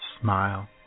smile